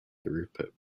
throughput